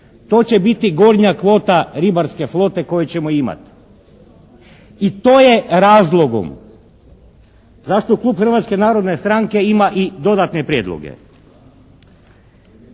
to će biti gornja kvota ribarske flote koju ćemo imati i to je razlogom zašto klub Hrvatske narodne stranke ima i dodatne prijedloge.